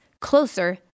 closer